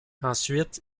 ensuite